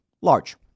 large